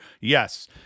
yes